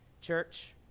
Church